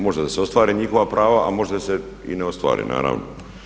Možda se ostvare njihova prava, a možda se i ne ostvare naravno.